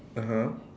(uh huh)